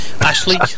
Ashley